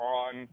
on